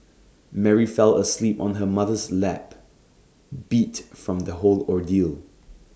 Mary fell asleep on her mother's lap beat from the whole ordeal